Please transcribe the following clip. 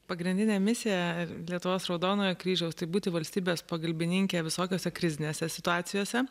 pagrindinė misija lietuvos raudonojo kryžiaus tai būti valstybės pagalbininke visokiose krizinėse situacijose